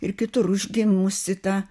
ir kitur užgimusi ta